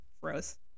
froze